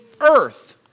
earth